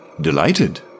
delighted